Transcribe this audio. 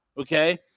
okay